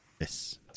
Yes